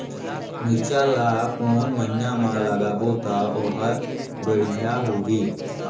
मिरचा ला कोन महीना मा लगाबो ता ओहार बेडिया होही?